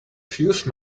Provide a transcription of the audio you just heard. fuse